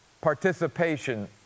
participation